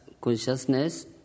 consciousness